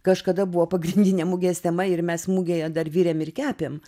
kažkada buvo pagrindinė mugės tema ir mes mugėje dar virėm ir kepėm